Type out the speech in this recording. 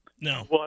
no